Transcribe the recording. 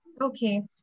Okay